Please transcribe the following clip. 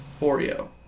Oreo